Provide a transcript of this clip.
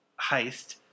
heist